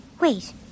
Wait